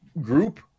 group